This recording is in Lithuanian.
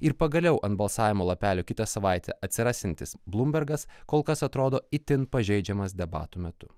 ir pagaliau ant balsavimo lapelių kitą savaitę atsirasiantis blūmbergas kol kas atrodo itin pažeidžiamas debatų metu